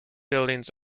buildings